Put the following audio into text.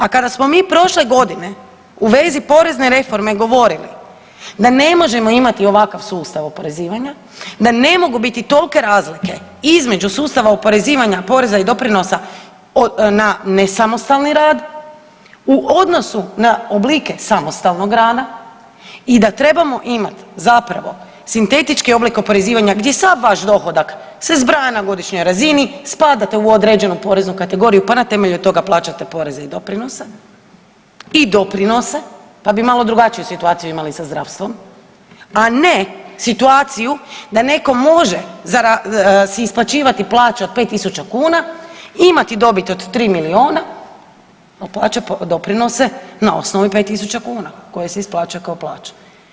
A kada smo mi prošle godine u vezi porezne reforme govorili da ne možemo imati ovakav sustav oporezivanja, da ne mogu biti tolike razlike između sustava oporezivanja poreza i doprinosa na nesamostalni rad u odnosu na oblike samostalnog rada i da trebamo imat zapravo sintetički oblik oporezivanja gdje sav vaš dohodak se zbraja na godišnjoj razini, spadate u određenu poreznu kategoriju, pa na temelju toga plaćate poreze i doprinose, i doprinose, pa bi malo drugačiju situaciju imali sa zdravstvom, a ne situaciju da netko može si isplaćivati plaće od 5.000 kuna i imat dobit od 3 milijuna, a plaća doprinose na osnovi 5.000 kuna koje se isplaćuje kao plaća.